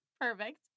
Perfect